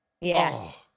Yes